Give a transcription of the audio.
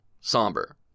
somber